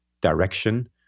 direction